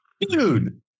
dude